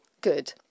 good